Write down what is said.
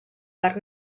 parc